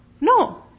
No